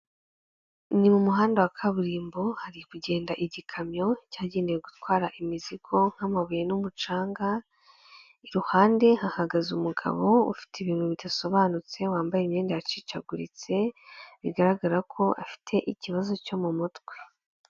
Ni mu muhanda wa kaburimbo, hari kugenda igikamyo cyagenewe gutwara imizigo nk'amabuye n'umucanga, iruhande hahagaze umugabo ufite ibintu bidasobanutse wambaye imyenda yacicaguritse, bigaragara ko afite ikibazo cyo mu mutwe.